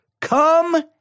Come